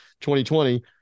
2020